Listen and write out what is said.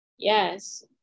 Yes